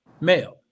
male